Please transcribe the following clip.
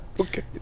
Okay